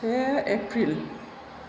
से एप्रिल